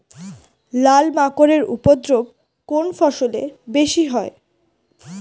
লাল মাকড় এর উপদ্রব কোন ফসলে বেশি হয়?